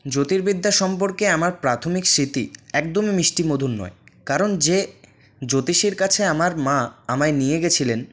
জ্যোর্তিবিদ্যা সম্পর্কে আমার প্রাথমিক স্মৃতি একদমই মিষ্টি মধুর নয় কারন যে জ্যোতিষীর কাছে আমার মা আমায় নিয়ে গেছিলেন